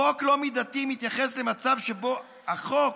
חוק לא מידתי מתייחס למצב שבו בחוק,